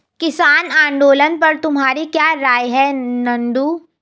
किसान आंदोलन पर तुम्हारी क्या राय है नंदू?